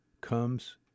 comes